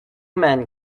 men